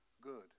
good